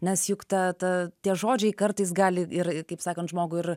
nes juk ta ta tie žodžiai kartais gali ir kaip sakant žmogų ir